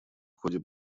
ходе